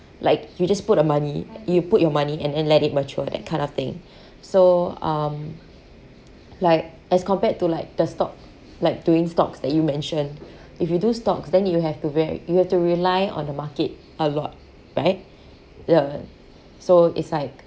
like you just put the money you put your money and and let it mature that kind of thing so um like as compared to like the stock like doing stocks that you mentioned if you do stocks then you have to ve` you have to rely on the market a lot right uh so it's like